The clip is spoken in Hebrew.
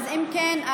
אם כן,